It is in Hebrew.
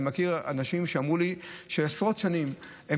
אני מכיר אנשים שאמרו לי שעשרות שנים הם